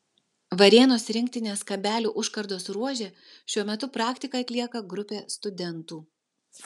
varėnos rinktinės kabelių užkardos ruože šiuo metu praktiką atlieka grupė studentų